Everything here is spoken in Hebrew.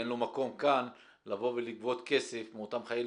אין לו מקום כאן לבוא ולגבות כסף מאותם חיילים